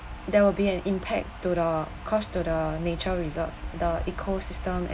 there will be an impact to the cost to the nature reserve the ecosystem an~